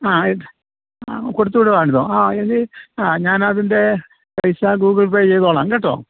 ആ ആ കൊടുത്ത് വിടുവാണല്ലോ ആ ഇത് ആ ഞാനതിൻ്റെ പൈസ ഗൂഗിൾ പേ ചെയ്തോളാം കേട്ടോ